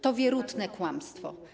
To wierutne kłamstwo.